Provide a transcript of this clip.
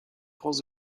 grands